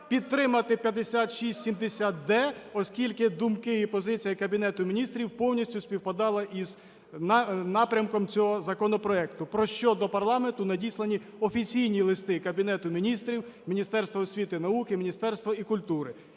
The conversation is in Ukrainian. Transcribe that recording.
підтримати 5670-д, оскільки думки і позиція Кабінету Міністрів повністю співпадали із напрямком цього законопроекту, про що до парламенту надіслані офіційні листи Кабінету Міністрів, Міністерства освіти і науки, Міністерства культури.